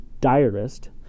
diarist